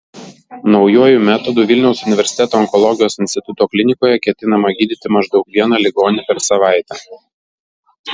naujuoju metodu vilniaus universiteto onkologijos instituto klinikoje ketinama gydyti maždaug vieną ligonį per savaitę